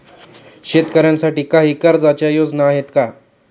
शेतकऱ्यांसाठी काही कर्जाच्या योजना आहेत का?